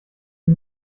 die